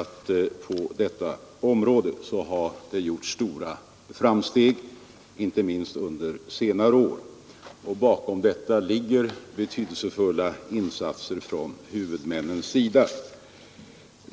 att det på detta område gjorts stora framsteg, inte minst under senare år. Bakom detta ligger betydelsefulla insatser från huvudmännens sida.